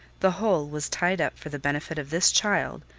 the whole was tied up for the benefit of this child,